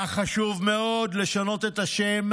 היה חשוב מאוד לשנות את השם,